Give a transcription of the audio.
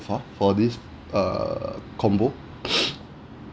far for this err combo